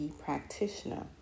practitioner